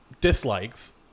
dislikes